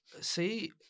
See